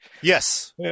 yes